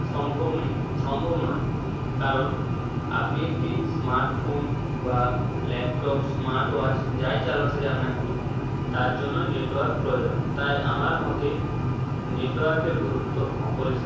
সম্ভব নেই সম্ভব নয় কারণ আপনি একটি স্মার্ট ফোন বা ল্যাপটপ স্মার্ট ওয়াচ যাই চালাতে যান না কেন তার জন্যই নেটওয়ার্ক প্রয়োজন তাই আমার মতে নেটওয়ার্কের গুরুত্ব অপরিসীম